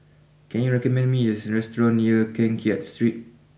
can you recommend me a restaurant near Keng Kiat Street